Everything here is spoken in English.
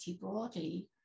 broadly